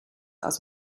aus